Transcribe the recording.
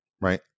right